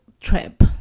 trip